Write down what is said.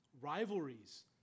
rivalries